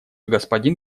господин